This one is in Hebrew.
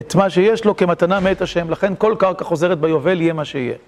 את מה שיש לו כמתנה מאת השם, לכן כל קרקע חוזרת ביובל יהיה מה שיהיה.